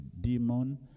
demon